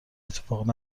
اتفاق